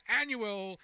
annual